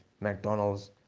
McDonald's